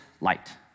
light